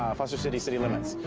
foster city city limits,